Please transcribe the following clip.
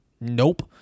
Nope